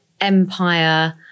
Empire